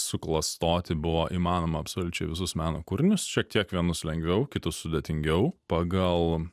suklastoti buvo įmanoma absoliučiai visus meno kūrinius šiek tiek vienus lengviau kitus sudėtingiau pagal